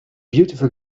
beautiful